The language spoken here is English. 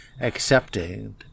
accepted